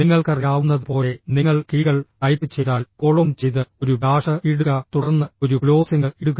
നിങ്ങൾക്കറിയാവുന്നതുപോലെ നിങ്ങൾ കീകൾ ടൈപ്പ് ചെയ്താൽ കോളോൺ ചെയ്ത് ഒരു ഡാഷ് ഇടുക തുടർന്ന് ഒരു ക്ലോസിംഗ് ഇടുക